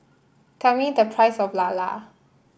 tell me the price of Lala